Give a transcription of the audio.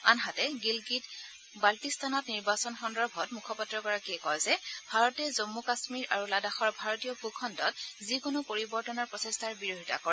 আনহাতে গিলগিট বাণ্টিস্তানত নিৰ্বাচন সন্দৰ্ভত মুখপাত্ৰগৰাকীয়ে কয় যে ভাৰতে জম্মু কাশ্মীৰ আৰু লাডাখৰ ভাৰতীয় ভূখণ্ডত যিকোনো পৰিৱৰ্তনৰ প্ৰচেষ্টাৰ বিৰোধিতা কৰে